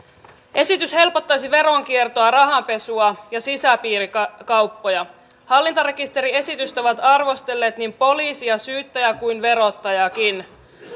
esitys helpottaisi veronkiertoa rahanpesua ja sisäpiirikauppoja hallintarekisteriesitystä ovat arvostelleet niin poliisi ja syyttäjä kuin verottajakin